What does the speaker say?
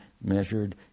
measured